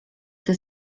gdy